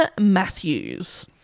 Matthews